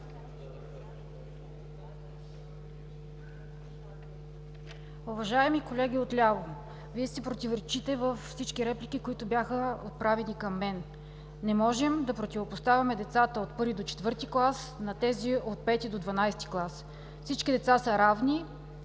Уважаеми колеги отляво! Вие си противоречите във всички реплики, които бяха отправени към мен. Не можем да противопоставяме децата от първи до четвърти клас на тези от пети до дванадесети клас. Всички деца са равни.